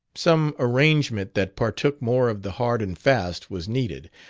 some arrangement that partook more of the hard-and-fast was needed.